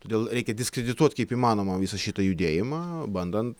todėl reikia diskredituoti kaip įmanoma visą šitą judėjimą bandant